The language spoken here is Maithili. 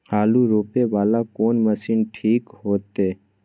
आलू रोपे वाला कोन मशीन ठीक होते?